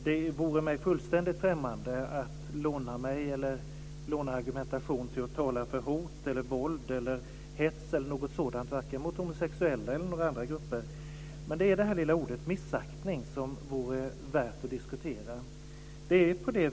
Det vore mig fullständigt främmande att låna argumentation till att tala för hot, våld, hets eller något sådant, varken mot homosexuella eller några andra grupper. Men det är det lilla ordet missaktning som vore värt att diskutera.